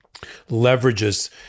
leverages